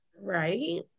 right